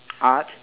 art